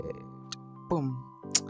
Boom